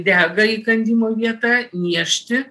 dega įkandimo vieta niežti